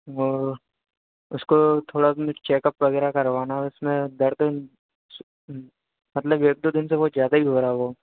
और उसको थोड़ा में चेकअप वग़ैरह करवाना उसमें दर्द मतलब एक दो दिन से बहुत ज़्यादा ही हो रहा वह